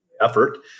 effort